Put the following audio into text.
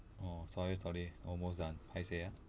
orh sorry sorry almost done paiseh ah